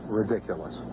ridiculous